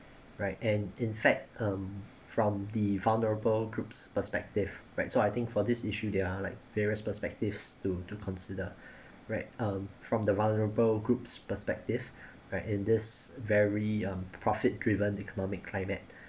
right and in fact um from the vulnerable groups perspective right so I think for this issue they're like various perspectives to to consider right um from the vulnerable groups perspective right in this very um profit driven economic climate